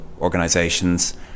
organizations